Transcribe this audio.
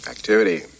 Activity